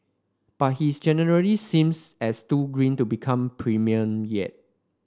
but he's generally seems as too green to become premier yet